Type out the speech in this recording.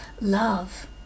love